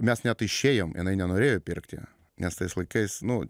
mes net išėjom jinai nenorėjo pirkti nes tais laikais nu